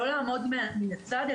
לא לעמוד מן הצד,